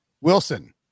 Wilson